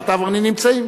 שאתה ואני נמצאים